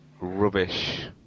rubbish